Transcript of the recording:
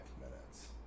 minutes